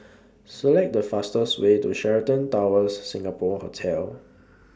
Select The fastest Way to Sheraton Towers Singapore Hotel